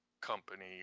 company